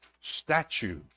statue